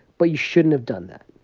but you shouldn't have done that.